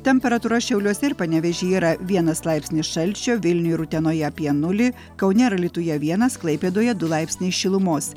temperatūra šiauliuose ir panevėžyje yra vienas laipsnis šalčio vilniuj ir utenoje apie nulį kaune ir alytuje vienas klaipėdoje du laipsniai šilumos